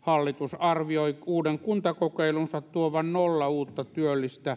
hallitus arvioi uuden kuntakokeilunsa tuovan nolla uutta työllistä